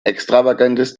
extravagantes